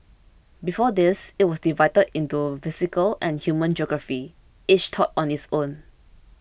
before this it was divided into physical and human geography each taught on its own